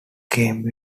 came